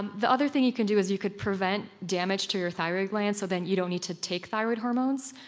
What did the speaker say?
the other thing you can do is you could prevent damage to your thyroid glands so then you don't need to take thyroid hormones.